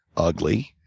ugly.